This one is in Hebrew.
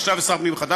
ועכשיו יש שר פנים חדש,